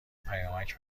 پیامک